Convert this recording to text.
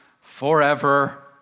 forever